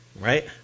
Right